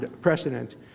precedent